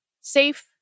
safe